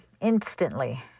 instantly